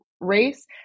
race